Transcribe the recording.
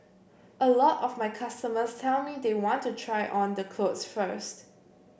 a lot of my customers tell me they want to try on the clothes first